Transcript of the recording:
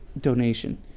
donation